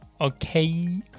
Okay